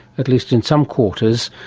at least in some quarters,